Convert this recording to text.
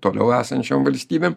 toliau esančiom valstybėm